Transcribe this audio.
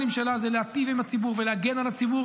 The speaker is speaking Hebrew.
שלה הם להיטיב עם הציבור ולהגן על הציבור.